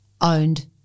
owned